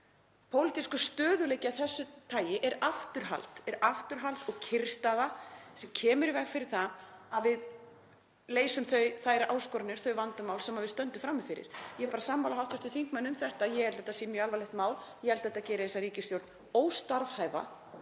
annað. Pólitískur stöðugleiki af þessu tagi er afturhald og kyrrstaða sem kemur í veg fyrir að við leysum þær áskoranir og þau vandamál sem við stöndum frammi fyrir. Ég er sammála hv. þingmanni um þetta og held að þetta sé mjög alvarlegt mál. Ég held að þetta geri þessa ríkisstjórn óstarfhæfa.